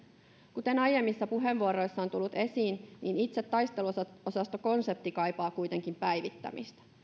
kuten aiemmissa puheenvuoroissa on tullut esiin itse taisteluosastokonsepti kaipaa kuitenkin päivittämistä